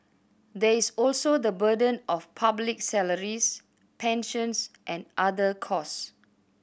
there is also the burden of public salaries pensions and other costs